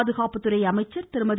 பாதுகாப்புத்துறை அமைச்சர் திருமதி